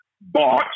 bought